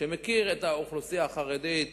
שמכיר את האוכלוסייה החרדית